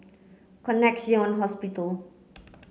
Connexion Hospital